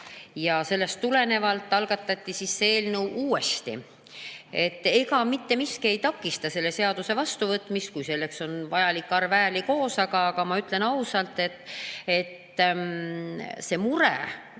ja sellest tulenevalt algatati see eelnõu uuesti. Mitte miski ei takista selle seaduse vastuvõtmist, kui selleks on vajalik arv hääli koos. Aga ma ütlen ausalt, mure